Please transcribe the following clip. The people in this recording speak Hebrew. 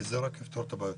כי זה רק יפתור את הבעיות.